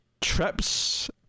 trips